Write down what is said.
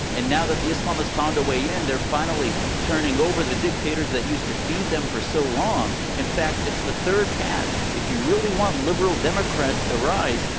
and now that the islamists found a way in, they're finally turning over the dictators that used to feed them for so long. in fact, it's the third path. if you really want liberal democrats to rise,